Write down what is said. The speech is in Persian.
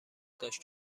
داشت